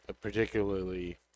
particularly